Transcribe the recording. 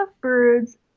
birds